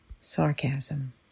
sarcasm